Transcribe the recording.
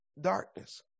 darkness